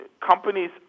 companies